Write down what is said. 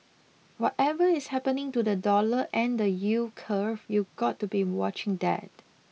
whatever is happening to the dollar and the yield curve you've got to be watching that